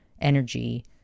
energy